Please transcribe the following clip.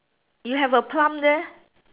you have a plum there